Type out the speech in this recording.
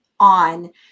On